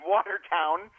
Watertown